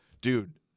dude